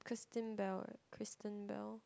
Christine-Bell right Christine-bell